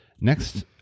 next